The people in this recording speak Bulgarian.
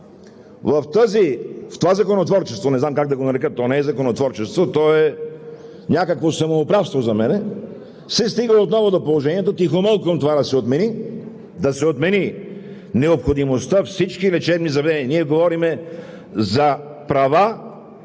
в това законотворчество, не знам как да го нарека, то не е законотворчество, то е някакво самоуправство за мен, се стига отново до положението тихомълком това да се отмени, да се отмени необходимостта всички лечебни заведения, ние говорим за права